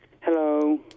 Hello